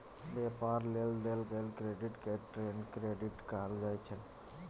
व्यापार लेल देल गेल क्रेडिट के ट्रेड क्रेडिट कहल जाइ छै